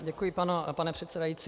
Děkuji, pane předsedající.